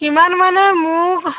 কিমান মানে মোক